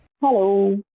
Hello